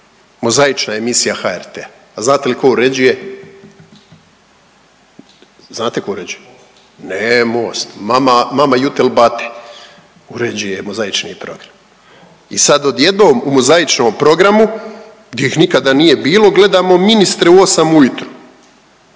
mozaična emisija HRT-a. A znate li tko uređuje? Znate tko uređuje, ne MOST mama, mama Yutel bata, uređuje mozaični program. I sad odjednom u mozaičnom programu gdje ih nikada nije bilo gledamo ministre u 8 ujutro,